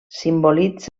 simbolitza